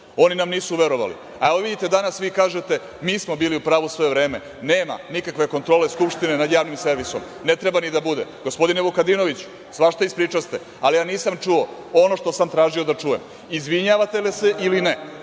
Oni nam nisu verovali. Danas vi kažete – mi smo bili u pravu sve vreme, nema nikakve kontrole Skupštine nad javnim servisom, ne treba ni da bude. Gospodine Vukadinoviću, svašta ispričaste, ali ja nisam čuo ono što sam tražio da čujem. Da li se izvinjavate ili ne